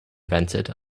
invented